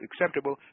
acceptable